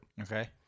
Okay